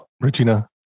Regina